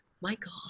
Michael